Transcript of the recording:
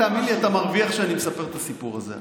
תאמין לי אתה מרוויח שאני מספר את הסיפור הזה.